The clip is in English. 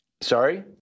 sorry